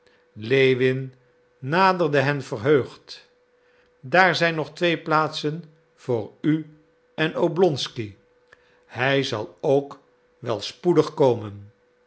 lewin naderde hen verheugd daar zijn nog twee plaatsen voor u en oblonsky hij zal ook wel spoedig komen